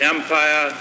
Empire